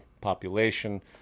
population